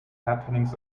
happenings